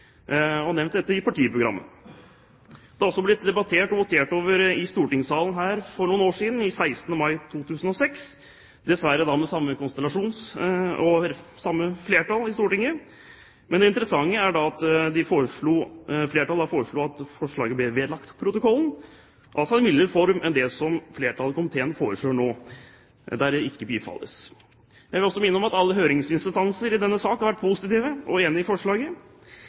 har nevnt dette i partiprogrammet. Det har også blitt debattert og votert over i stortingssalen for noen år siden, 16. mai 2006, dessverre da med samme konstellasjon og samme flertall i Stortinget. Men det interessante er at flertallet den gang foreslo at forslaget ble vedlagt protokollen – altså en mildere form enn det som flertallet i komiteen foreslår nå, at det ikke bifalles. Jeg vil også minne om at alle høringsinstanser i denne sak har vært positive og er enig i forslaget.